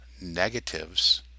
negatives